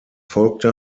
folgte